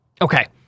Okay